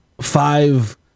five